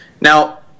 Now